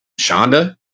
Shonda